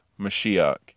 Mashiach